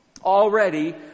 Already